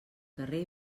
carrer